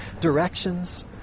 directions